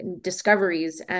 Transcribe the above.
discoveries